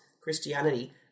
Christianity